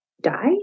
die